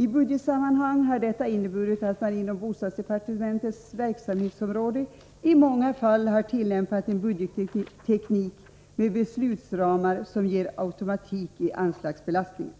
I budgetsammanhang har detta inneburit att man inom bostadsdepartementets verksamhetsområde i många fall har tillämpat en budgetteknik med beslutsramar som ger automatik i anslagsbelastningen.